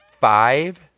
five